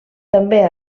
també